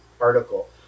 article